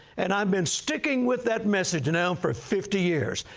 and i've been sticking with that message now for fifty years.